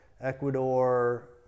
ecuador